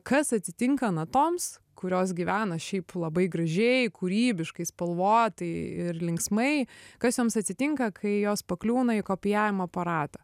kas atsitinka natoms kurios gyvena šiaip labai gražiai kūrybiškai spalvotai ir linksmai kas joms atsitinka kai jos pakliūna į kopijavimo aparatą